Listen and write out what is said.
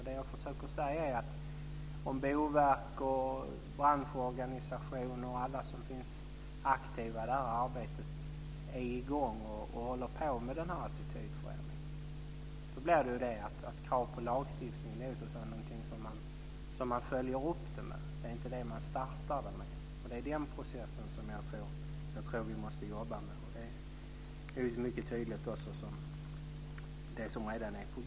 Det jag försöker säga är att om Boverket, branschorganisationer och alla som är aktiva i det här arbetet är i gång och håller på med attitydförändringen så blir krav på lagstiftning något som man följer upp det hela med, och inte något som man startar det med. Det är den processen som jag tror att vi måste jobba med, och det är mycket tydligt också det som redan är på gång.